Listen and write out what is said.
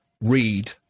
read